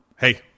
Hey